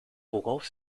worauf